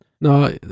no